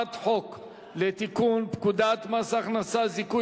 הצעת חוק לתיקון פקודת מס הכנסה (זיכוי